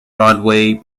broadway